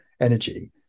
energy